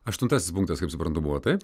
aštuntasis punktas kaip suprantu buvo taip